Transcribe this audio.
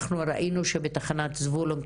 אנחנו ראינו שבתחנת זבולון,